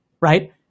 right